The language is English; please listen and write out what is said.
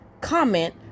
comment